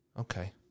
Okay